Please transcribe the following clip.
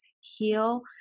heal